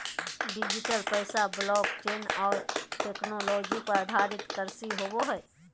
digital पैसा blockchain और technology पर आधारित करंसी होवो हइ